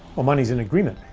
um money is an agreement.